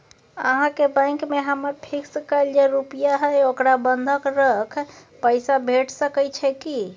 अहाँके बैंक में हमर फिक्स कैल जे रुपिया हय ओकरा बंधक रख पैसा भेट सकै छै कि?